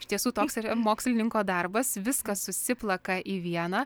iš tiesų toks yra mokslininko darbas viskas susiplaka į vieną